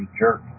jerk